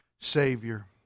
savior